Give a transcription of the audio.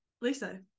Lisa